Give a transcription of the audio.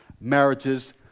Marriages